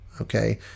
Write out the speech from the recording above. okay